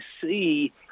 see